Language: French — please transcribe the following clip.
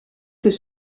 peut